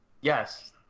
Yes